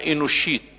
האנושית